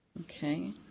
Okay